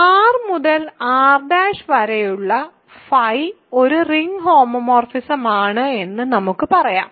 R മുതൽ R' വരെയുള്ള φ ഒരു റിംഗ് ഹോമോമോർഫിസമാണ് എന്ന് നമുക്ക് പറയാം